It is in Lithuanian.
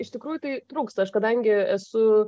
iš tikrųjų tai trūksta aš kadangi esu